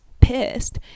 pissed